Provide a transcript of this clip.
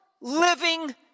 living